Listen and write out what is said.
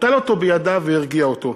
נטל אותו בידיו והרגיע אותו.